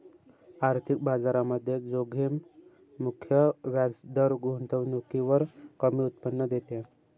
आर्थिक बाजारामध्ये जोखीम मुक्त व्याजदर गुंतवणुकीवर कमी उत्पन्न देते